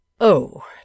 Oh